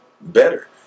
better